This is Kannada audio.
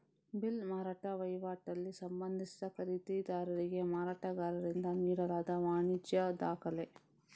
ಬಿಲ್ಲು ಮಾರಾಟ ವೈವಾಟಲ್ಲಿ ಸಂಬಂಧಿಸಿದ ಖರೀದಿದಾರರಿಗೆ ಮಾರಾಟಗಾರರಿಂದ ನೀಡಲಾದ ವಾಣಿಜ್ಯ ದಾಖಲೆ